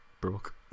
broke